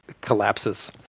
collapses